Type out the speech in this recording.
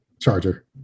charger